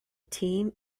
team